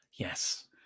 Yes